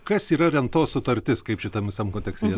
kas yra rentos sutartis kaip šitam visam kontekste